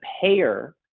payer